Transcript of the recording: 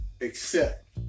accept